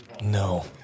No